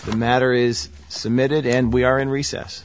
the matter is submitted and we are in recess